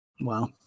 Wow